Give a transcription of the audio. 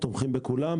אנחנו תומכים בכולם,